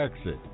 exit